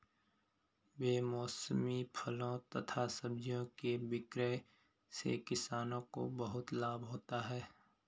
बेमौसमी फलों तथा सब्जियों के विक्रय से किसानों को बहुत लाभ होता है